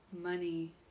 money